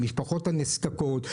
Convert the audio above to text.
המשפחות הנזקקות,